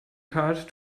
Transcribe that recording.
card